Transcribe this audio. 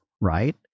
right